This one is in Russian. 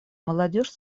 молодежь